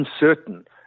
uncertain